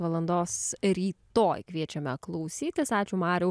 valandos ryto kviečiame klausytis ačiū mariau